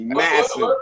massive